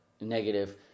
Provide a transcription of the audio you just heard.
negative